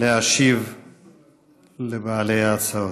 להשיב לבעלי ההצעות.